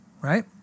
right